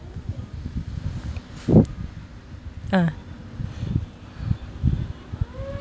ah